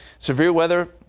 severe weather.